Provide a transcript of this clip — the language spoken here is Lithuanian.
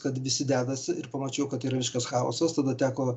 kad visi dedasi ir pamačiau kad yra visiškas chaosas tada teko